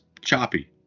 choppy